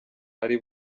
ari